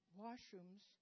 washrooms